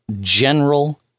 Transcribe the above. general